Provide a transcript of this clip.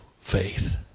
faith